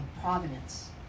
providence